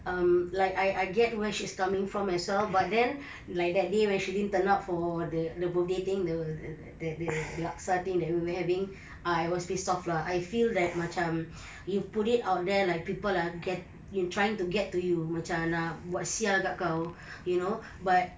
um like I I get where she's coming from as well but then like that day she didn't turn up for the the birthday thing the the the laksa thing we were having I was pissed off lah I feel like macam you put it out there like people are get you trying to get to you macam nak buat [sial] kat kau you know but